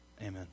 amen